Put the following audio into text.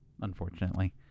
unfortunately